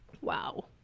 Wow